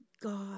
God